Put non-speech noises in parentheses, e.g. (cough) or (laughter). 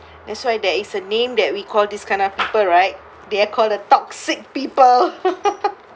that's why there is a name that we call these kind of people right they are called the toxic people (laughs)